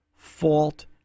fault